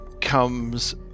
comes